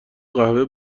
قهوه